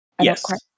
Yes